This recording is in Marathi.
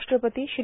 राष्ट्रपती श्री